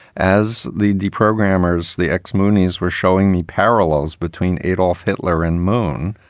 as the deprogrammers, the ex moonies, were showing me parallels between adolf hitler and moon,